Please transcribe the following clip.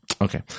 okay